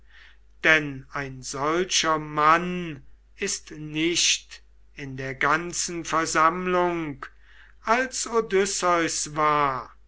denn ein solcher mann ist nicht in der ganzen versammlung als odysseus war